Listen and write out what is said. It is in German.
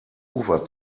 ufer